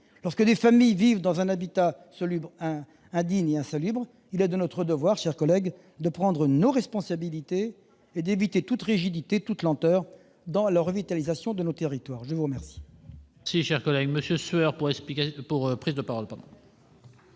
lorsque des familles vivent dans un habitat indigne et insalubre, il est de notre devoir, mes chers collègues, de prendre nos responsabilités et d'éviter toute rigidité et toute lenteur dans la revitalisation de nos territoires. La parole